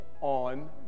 on